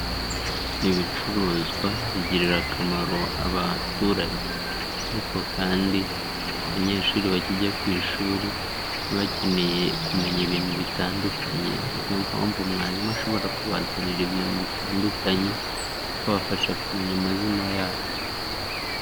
Ibicuruzwa bigirira akamaro abaturage ariko kandi abanyeshuri bakijya ku ishuri bakeneye kumenya ibintu bitandukanye, niyo mpamvu mwarimu ashobora kubazanira ibintu bitandukanye bakabafasha kumenya amazina yabyo.